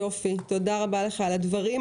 תודה רבה לך על הדברים.